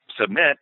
submit